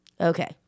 Okay